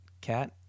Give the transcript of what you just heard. Cat